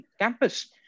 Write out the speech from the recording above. campus